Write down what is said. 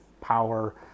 power